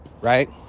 right